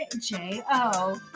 J-O